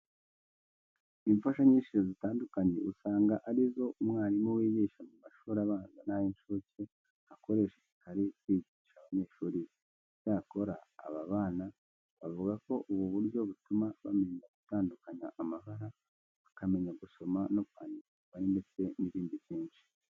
Imfashanyigisho zitandukanye usanga ari zo umwarimu wigisha mu mashuri abanza n'ay'incuke akoresha igihe ari kwigisha abanyeshuri be. Icyakora aba bana bavuga ko ubu buryo butuma bamenya gutandukanya amabara, bakamenya gusoma no kwandika imibare ndetse n'ibindi byinshi.